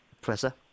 Professor